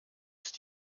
ist